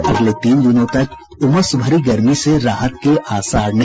और अगले तीन दिनों तक उमस भरी गर्मी से राहत के आसार नहीं